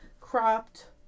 cropped